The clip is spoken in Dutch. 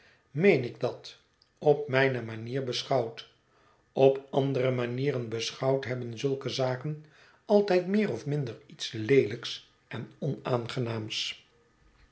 meen ik dat op mijne manier beschouwd op andere manieren beschouwd hebben zulke zaken altijd meer of minder iets leelijks en onaangenaams